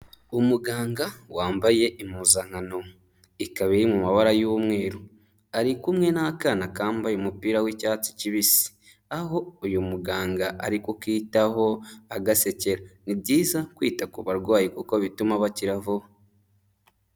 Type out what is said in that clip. Umuganga wambaye impuzankano ikaba iri mu mabara y'umweru, ari kumwe n'akana kambaye umupira w'icyatsi kibisi aho uyu muganga ari kukitaho agasekera, ni byiza kwita ku barwayi kuko bituma bakira vuba.